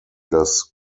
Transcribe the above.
das